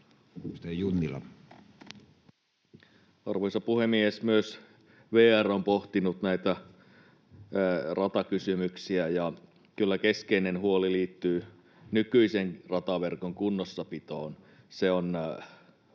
Arvoisa puhemies! Myös VR on pohtinut näitä ratakysymyksiä, ja kyllä keskeinen huoli liittyy nykyisen rataverkon kunnossapitoon.